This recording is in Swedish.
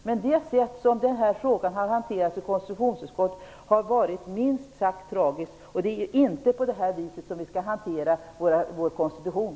Det sätt som denna fråga har hanterats på i konstitutionsutskottet har varit minst sagt tragiskt. Det är inte på detta vis vi skall hantera vår konstitution.